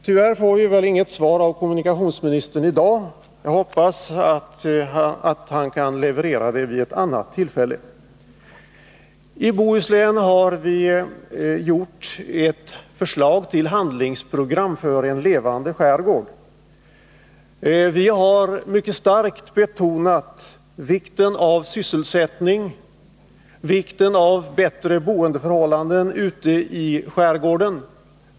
Tyvärr får vi väl inget svar i dag av kommunikationsministern. Jag hoppas att han kan leverera ett vid något annat tillfälle. I Bohuslän har vi gjort ett förslag till handlingsprogram för en levande skärgård. Vi har mycket starkt betonat vikten av sysselsättning och bättre boendeförhållanden i skärgården.